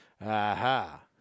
Aha